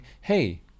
hey